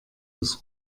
des